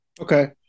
Okay